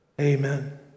Amen